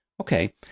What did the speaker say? Okay